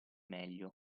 meglio